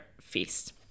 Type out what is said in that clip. feast